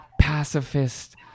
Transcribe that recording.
pacifist